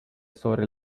sobre